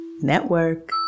Network